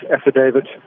affidavit